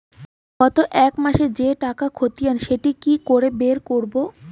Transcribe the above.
গত এক মাসের যে টাকার খতিয়ান সেটা কি করে বের করব?